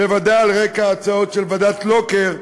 בוודאי על רקע ההצעות של ועדת לוקר,